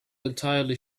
entirely